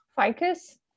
Ficus